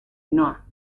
ainhoa